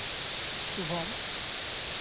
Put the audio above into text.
Subham